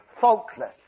faultless